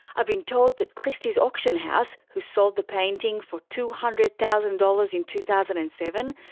i've been told that christie's auction house, who sold the painting for two hundred thousand dollars in two thousand and seven,